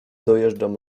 dojeżdżam